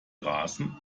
rasen